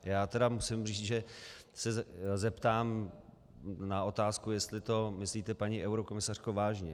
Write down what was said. Já tedy musím říct, že se zeptám na otázku, jestli to myslíte, paní eurokomisařko, vážně.